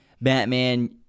Batman